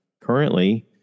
currently